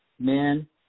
Men